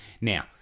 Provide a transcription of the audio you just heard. Now